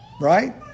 Right